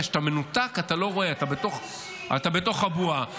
כי כשאתה מנותק אתה לא רואה, אתה בתוך הבועה.